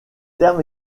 terme